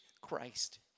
Christ